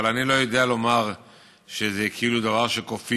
אבל אני לא יודע לומר שזה כאילו דבר שכופים.